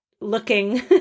looking